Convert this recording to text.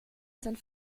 sind